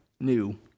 new